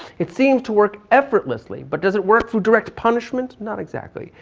it seems to work effortlessly, but does it work through direct punishment? not exactly.